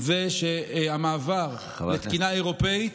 היא שהמעבר לתקינה אירופית